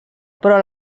però